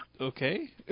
Okay